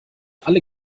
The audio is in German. alle